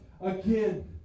again